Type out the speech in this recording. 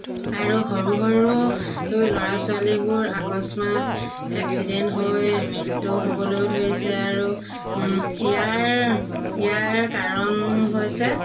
আৰু সৰু সৰু ল'ৰা ছোৱালীবোৰ আকস্মাৎ এক্সিডেণ্ট হৈ মৃত্যুও হ'বলৈ ধৰিছে আৰু ইয়াৰ ইয়াৰ কাৰণ হৈছে